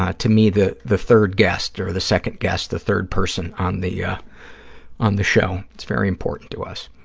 ah to me, the the third guest or the second guest, the third person on the yeah on the show. it's very important to us.